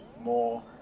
more